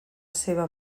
seva